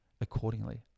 accordingly